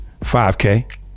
5K